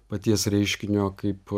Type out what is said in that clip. paties reiškinio kaip